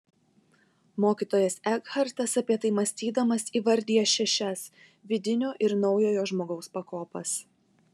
mokytojas ekhartas apie tai mąstydamas įvardija šešias vidinio ir naujojo žmogaus pakopas